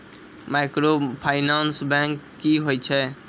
Microfinance bank की होय छै?